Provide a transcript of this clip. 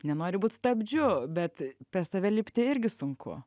nenoriu būti stabdžiu bet per save lipti irgi sunku